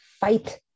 fight